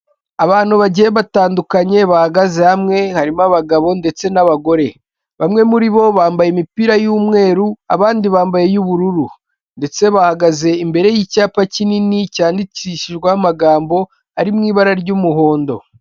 Abantu bagiye batandukanye bahagaze hamwe harimo abagabo ndetse n'abagore bamwe muri bo bambaye imipira y'umweru abandi bambaye iy'ubururu ndetse bahagaze imbere y'icyapa kinini cyandikishijwe amagambo ari mu ibara ry'umuhondo.